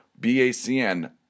BACN